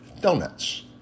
Donuts